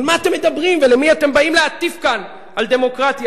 על מה אתם מדברים ולמי אתם באים להטיף כאן על דמוקרטיה?